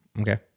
Okay